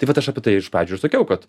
tai vat aš apie tai iš pradžių ir sakiau kad